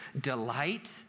delight